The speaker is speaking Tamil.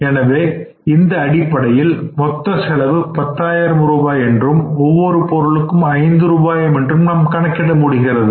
எனவே இந்த அடிப்படையில் மொத்த செலவு பத்தாயிரம் ரூபாய் என்றும் ஒவ்வொரு பொருளுக்கும் ஐந்து ரூபாய் என்றும் நாம் கணக்கிட முடிகிறது